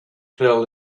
tell